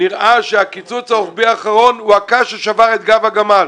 נראה שהקיצוץ הרוחבי האחרון הוא הקש ששבר את גב הגמל